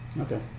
okay